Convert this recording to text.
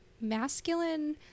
masculine